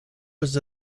was